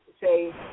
say